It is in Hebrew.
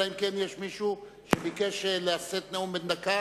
אלא אם כן יש מישהו שביקש לשאת נאום בן דקה